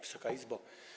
Wysoka Izbo!